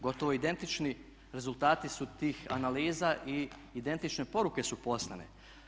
Gotovo identični rezultati su tih analiza i identične poruke su poslane.